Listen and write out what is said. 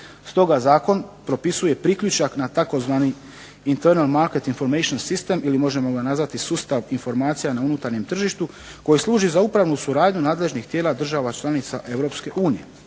stoga zakon propisuje priključak na tzv. …/Govornik se ne razumije./… Information System ili možemo ga nazvati sustav informacija na unutarnjem tržištu koji služi za upravnu suradnju nadležnih tijela država članica